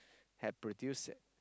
have produce